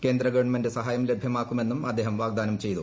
കേന്ദ്ര ഗവൺമെന്റ് സഹായം ലഭ്യമാക്കുമെന്നും അദ്ദേഹം വാഗ്ദാനം ചെയ്തു